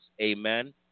Amen